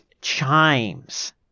chimes